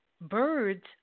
birds